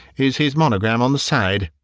is his monogram on the side,